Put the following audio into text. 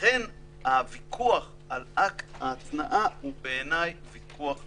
לכן הוויכוח על אקט ההתנעה הוא בעיניי ויכוח מלאכותי.